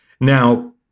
Now